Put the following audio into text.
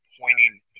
pointing